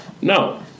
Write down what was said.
No